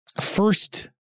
first